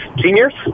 seniors